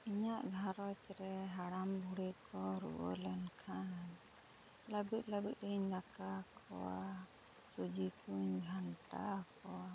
ᱤᱧᱟᱹᱜ ᱜᱷᱟᱨᱚᱸᱡᱽ ᱨᱮ ᱦᱟᱲᱟᱢ ᱵᱩᱲᱦᱤ ᱠᱚ ᱨᱩᱣᱟᱹ ᱞᱮᱱᱠᱷᱟᱱ ᱞᱟᱹᱵᱤᱫ ᱞᱟᱹᱵᱤᱫ ᱤᱧ ᱫᱟᱠᱟ ᱠᱚᱣᱟ ᱥᱩᱡᱤ ᱠᱩᱧ ᱜᱷᱟᱱᱴᱟ ᱠᱚᱣᱟ